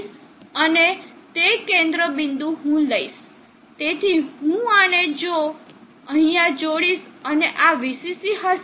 અને તે કેન્દ્ર બિંદુ હું લઈશ તેથી હું આને અહીં જોડીશ અને આ Vcc હશે